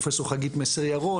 פרופסור חגית מסר ירון,